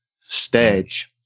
stage